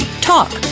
Talk